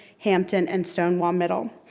hampton and stonewall middle.